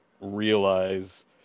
realize